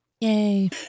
Yay